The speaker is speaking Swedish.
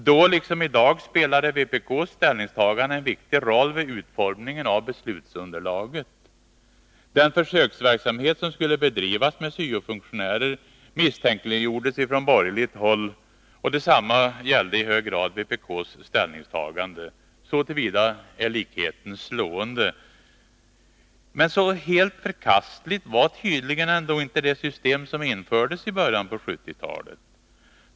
Då liksom i dag spelade vpk:s ställningstagande en viktig roll vid utformningen av beslutsunderlaget. Den försöksverksamhet som skulle bedrivas med syo-funktionärer misstänkliggjordes från borgerligt håll. Detsamma gällde i hög grad vpk:s ställningstagande — så till vida är likheten slående. Så helt förkastligt var tydligen ändå inte det system som infördes i början av 1970-talet.